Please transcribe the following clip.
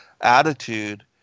attitude